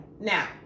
Now